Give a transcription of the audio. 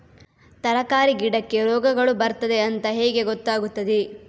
ತರಕಾರಿ ಗಿಡಕ್ಕೆ ರೋಗಗಳು ಬರ್ತದೆ ಅಂತ ಹೇಗೆ ಗೊತ್ತಾಗುತ್ತದೆ?